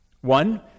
One